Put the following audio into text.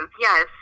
yes